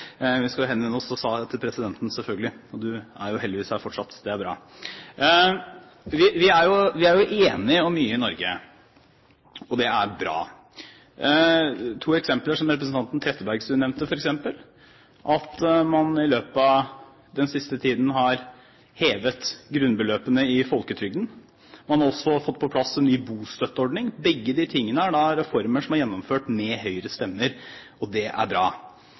Vi skal jo henvende oss til presidenten, selvfølgelig, og han er jo heldigvis her fortsatt – det er bra. Vi er jo enige om mye i Norge, og det er bra, f.eks. to eksempler som representanten Trettebergstuen nevnte, at man i løpet av den siste tiden har hevet grunnbeløpene i folketrygden, og at man også har fått på plass en ny bostøtteordning. Begge de tingene er reformer som er gjennomført med Høyres stemmer, og det er bra.